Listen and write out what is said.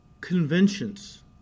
conventions